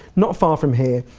not far from here,